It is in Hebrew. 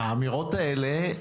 האמירות האלה